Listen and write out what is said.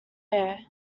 air